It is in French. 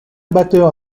batteur